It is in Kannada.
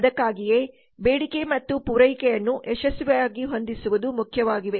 ಅದಕ್ಕಾಗಿಯೇ ಬೇಡಿಕೆ ಮತ್ತು ಪೂರೈಕೆಯನ್ನು ಯಶಸ್ವಿಯಾಗಿ ಹೊಂದಿಸುವುದು ಮುಖ್ಯವಾಗಿದೆ